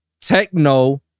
techno